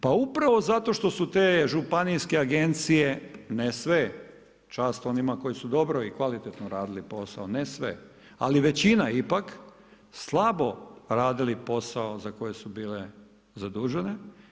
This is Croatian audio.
Pa upravo zato što su te županijske agencije, ne sve, čast onima koje su dobro i kvalitetno radili posao, ne sve, ali većina ipak slabo radili posao za koje su bile zadužene.